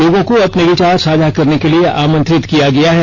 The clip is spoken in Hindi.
लोगों को अपने विचार साझा करने के लिए आंमत्रित किया गया है